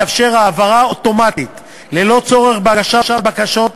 תאפשר העברה אוטומטית, ללא צורך בהגשת בקשות,